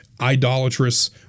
idolatrous